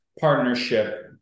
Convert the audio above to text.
partnership